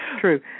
true